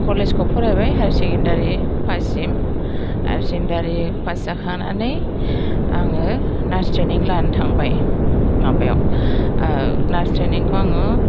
कलेजखौ फरायबाय higher secondary पाससिम हायार सेकेण्डारि पास जाखांनानै आङो नार्स ट्रेइनिं लानो थांबाय माबायाव नार्स ट्रेइनिंखौ आङो